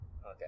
Okay